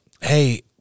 Hey